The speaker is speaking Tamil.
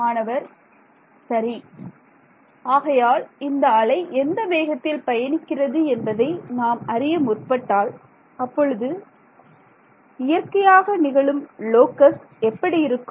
மாணவர் சரி ஆகையால் இந்த அலை எந்த வேகத்தில் பயணிக்கிறது என்பதை நாம் அறிய முற்பட்டால் அப்பொழுது இயற்கையாக நிகழும் லோக்கஸ் எப்படி இருக்கும்